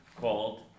called